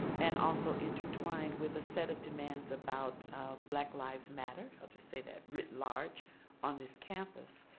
and also intertwined with a set of demands about black lives matter, i'll just say they're written large on this campus.